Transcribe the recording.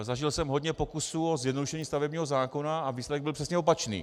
Zažil jsem hodně pokusů o zjednodušení stavebního zákona a výsledek byl přesně opačný.